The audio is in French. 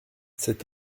cet